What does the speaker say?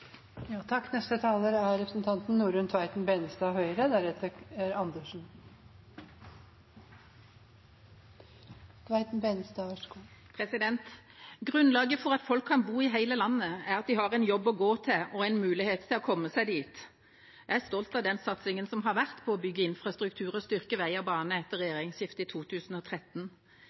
Grunnlaget for at folk kan bo i hele landet, er at de har en jobb å gå til og en mulighet til å komme seg dit. Jeg er stolt av den satsingen som har vært på å bygge infrastruktur og styrke vei og bane etter regjeringsskiftet i 2013.